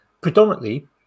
predominantly